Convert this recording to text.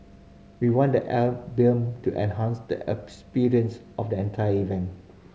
we want the album to enhance the experience of the entire event